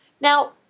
Now